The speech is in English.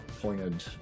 pointed